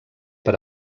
per